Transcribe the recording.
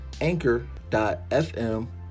anchor.fm